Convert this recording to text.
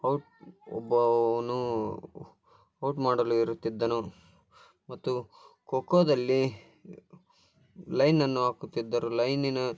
out ಒಬ್ಬವನು out ಮಾಡಲು ಇರುತ್ತಿದ್ದನು ಮತ್ತು ಖೊ ಖೋದಲ್ಲಿ ಲೈನ್ನನ್ನು ಹಾಕುತ್ತಿದ್ದರು ಲೈನಿನ